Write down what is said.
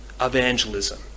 evangelism